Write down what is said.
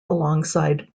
alongside